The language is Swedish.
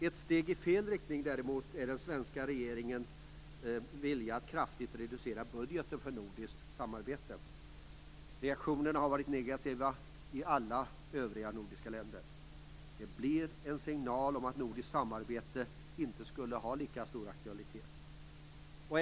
Ett steg i fel riktning är däremot den svenska regeringens vilja att kraftigt reducera budgeten för nordiskt samarbete. Reaktionerna har varit negativa i alla övriga nordiska länder. Det blir en signal om att nordiskt samarbete inte har lika stor aktualitet.